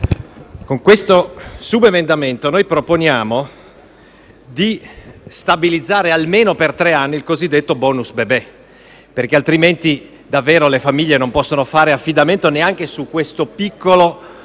con il subemendamento 9.10000/11 proponiamo di stabilizzare, almeno per tre anni, il cosiddetto *bonus* bebè, altrimenti le famiglie non possono fare affidamento neanche su questo piccolo,